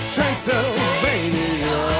Transylvania